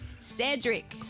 Cedric